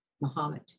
muhammad